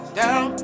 down